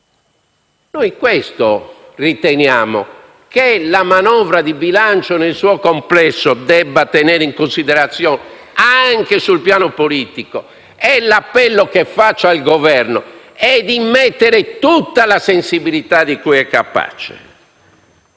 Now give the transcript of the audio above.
Noi riteniamo, che la manovra di bilancio, nel suo complesso, debba tenere in considerazione questo aspetto, anche sul piano politico. L'appello che rivolgo al Governo è di mettere tutta la sensibilità di cui è capace